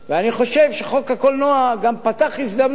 אני חושב שחוק הקולנוע גם פתח הזדמנות